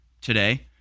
today